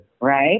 right